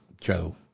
Joe